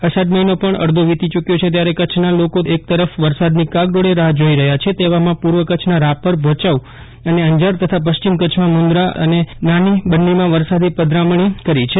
અષાઢ મહિનો પણ અડધો વીતી યુક્યો છે ત્યારે કચ્છના લોકો એક તરફ વરસાદની કાગડોળે રાહ જોઈ રહ્યા છે તેવામાં પૂર્વ કચ્છના રાપર ભયાઉ અને અંજાર તથા પશ્ચિમ કચ્છમાં મુન્દ્રા અંજાર અને નાની બન્નીમાં વરસાદે પધરામણી કરી છે